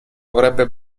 avrebbe